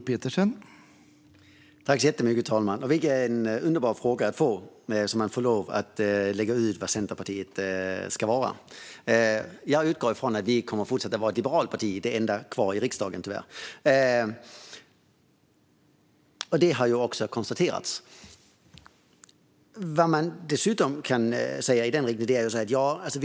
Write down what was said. Herr talman! Vilken underbar fråga att få. Nu får jag lov att lägga ut texten om Centerpartiet. Jag utgår från att vi kommer att fortsätta att vara ett liberalt parti - tyvärr det enda kvarvarande i riksdagen.